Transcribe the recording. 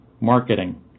marketing